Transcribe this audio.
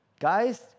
Guys